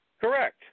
Correct